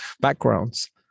backgrounds